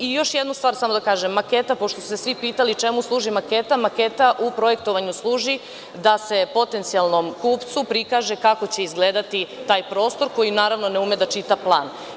I još jednu stvar samo da kažem, pošto su se svi pitali čemu služi maketa, maketa u projektovanju služi da se potencijalnom kupcu prikaže kako će izgledati taj prostor koji, naravno, ne ume da čita plan.